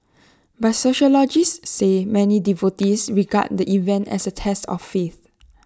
but sociologists say many devotees regard the event as A test of faith